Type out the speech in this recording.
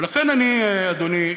ולכן, אדוני,